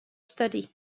study